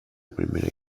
primera